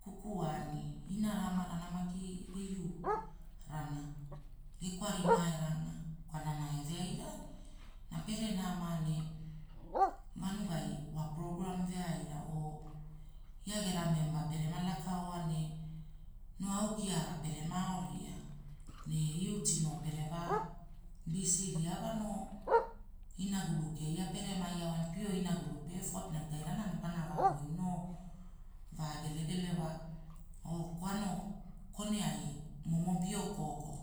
Kuku ani, inara amara na maki geguiu, rana, gekwari mae rana, kwalana eveaira, ina pere nama ne, vanugai wa prograam veaira, oo, ia gera meemba pere lakaoa ne, noo au kiaara perema ao ria ne utii noo pere vaa, bisiria wa noo, unagulu keia peremai aoa ne pio inagulu pe fot naite airana ne pana vaa woino. Vaa gelegele wa, kwana, kone ai, momo pio koko,